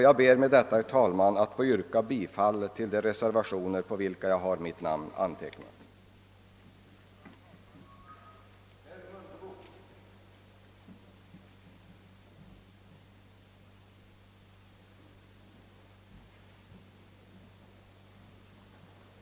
Jag ber med det nu anförda att få yrka bifall till reservationerna 1, 2, 3, 4, 6, 8, 9 a, 10, 11, 13 a, 14, 17, 18, 20, 21 och 23.